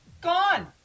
Gone